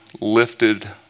lifted